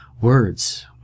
words